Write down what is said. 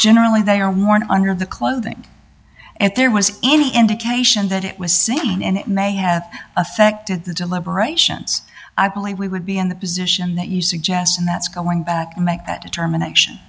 generally they are worn under the clothing and there was any indication that it was seen and it may have affected the deliberations i believe we would be in the position that you suggest and that's going back make a determination